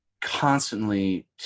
constantly